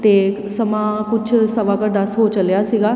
ਅਤੇ ਸਮਾਂ ਕੁਛ ਸਵਾ ਕੁ ਦਸ ਹੋ ਚਲਿਆ ਸੀਗਾ